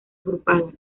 agrupadas